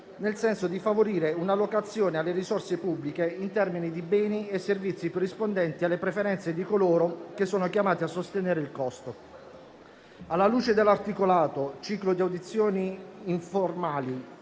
nel senso di favorire un'allocazione delle risorse pubbliche in termini di beni e servizi più rispondenti alle preferenze di coloro che sono chiamati a sostenerne il costo. Alla luce dell'articolato ciclo di audizioni informali